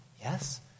Yes